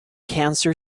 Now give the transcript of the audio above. cancer